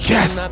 Yes